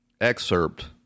excerpt